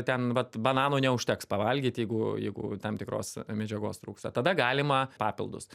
ten vat bananų neužteks pavalgyt jeigu jeigu tam tikros medžiagos trūksta tada galima papildus